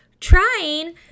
trying